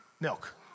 milk